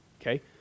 okay